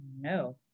no